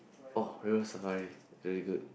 oh River-Safari very good